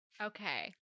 Okay